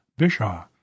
Bishah